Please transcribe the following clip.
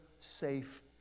safe